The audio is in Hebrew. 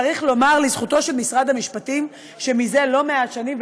צריך לומר לזכותו של משרד המשפטים שזה לא מעט שנים,